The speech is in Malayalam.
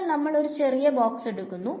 അപ്പോൾ നമ്മൾ ഒരു ചെറിയ ബോക്സ് എടുക്കുക